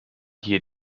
hier